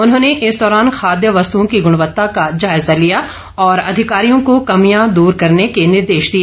उन्होंने इस दौरान खाद्य वस्तुओं की गुणवत्ता की जायजा लिया और अधिकारियों को कमियां दूर करने के निर्देश दिए